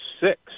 six